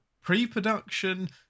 pre-production